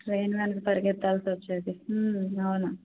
train వెనక పరిగెత్తాల్సి వచ్చేది అవును